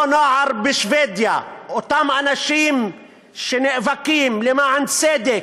אותו נוער בשבדיה, אותם אנשים שנאבקים למען צדק,